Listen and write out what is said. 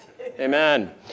Amen